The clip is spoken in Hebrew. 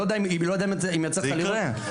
זה יקרה.